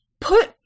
put